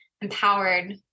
empowered